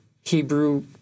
Hebrew